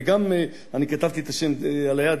וגם אני כתבתי את השם על היד,